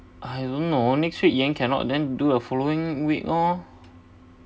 I don't know next week ian cannot then do the following week lor